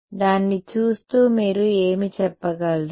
దాన్ని చూస్తూ మీరు ఏమి చెప్పగలరు